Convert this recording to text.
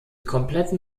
kompletten